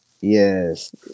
Yes